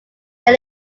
then